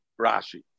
Rashi